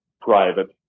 private